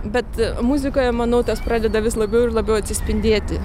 bet muzikoje manau tas pradeda vis labiau ir labiau atsispindėti